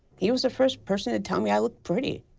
he was the first person to tell me i looked pretty,